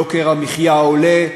יוקר המחיה עולה,